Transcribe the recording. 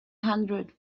hundred